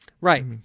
Right